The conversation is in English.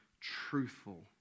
truthful